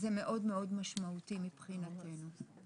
זה מאוד משמעותי מבחינתנו.